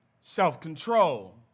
self-control